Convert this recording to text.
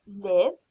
live